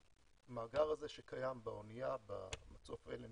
המאגר הזה שקיים באנייה, במצוף LNG,